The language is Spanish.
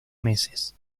meses